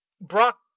Brock